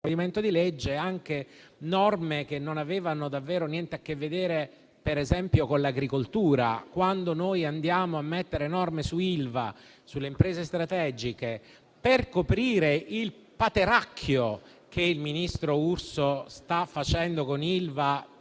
di legge anche norme che non avevano davvero niente a che vedere, per esempio, con l'agricoltura. Andiamo ad approvare norme sull'Ilva e sulle imprese strategiche per coprire il pateracchio che il ministro Urso sta facendo con